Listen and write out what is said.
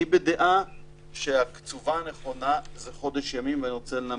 אני בדעה שהקצובה הנכונה זה חודש ימים ואני רוצה לנמק.